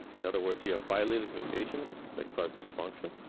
in other words, you have bialley lick mutations that cause dysfunction,